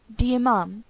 the imam,